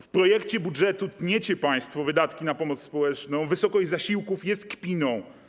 W projekcie budżetu tniecie państwo wydatki na pomoc społeczną, wysokość zasiłków jest kpiną.